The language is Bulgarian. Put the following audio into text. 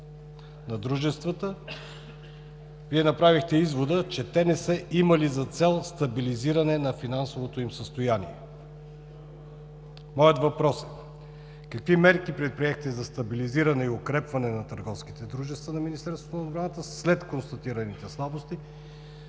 на дружествата, Вие направихте извода, че те не са имали за цел стабилизиране на финансовото им състояние. Моят въпрос е: какви мерки предприехте за стабилизиране и укрепване на търговските дружества на Министерство на отбраната, след констатираните слабости